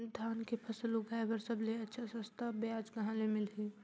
धान के फसल उगाई बार सबले अच्छा सस्ता ब्याज कहा ले मिलही?